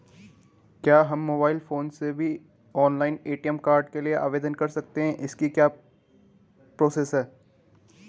क्या हम mobile phone से भी ऑनलाइन ए.टी.एम कार्ड के लिए आवेदन कर सकते हैं इसकी क्या प्रोसेस है?